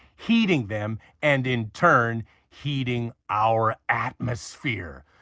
heating them and in turn heating our atmosphere.